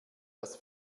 das